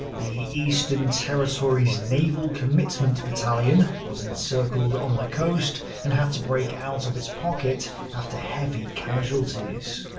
the eastern territories naval commitment battalion was encircled on the coast and had to break out of it's pocket after heavy casualties.